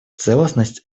целостность